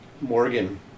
Morgan